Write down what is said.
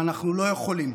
ואנחנו לא יכולים,